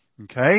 okay